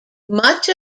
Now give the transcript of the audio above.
much